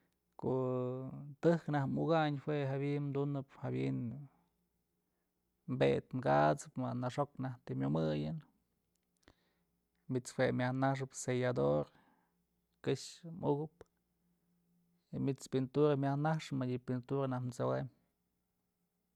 Ko'o tëjk naj mukayn jue jawi'in tunëp jawi'in bed kasëp ma naxjok najtyë të myamëyën manyt's jue myaj naxëp sellador këxë mukëp y mit's pintura myaj nax madyë pintura najtyë t'sokaym.